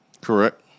correct